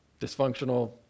dysfunctional